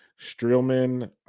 Streelman